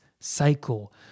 Cycle